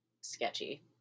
sketchy